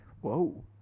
Whoa